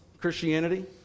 Christianity